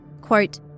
Quote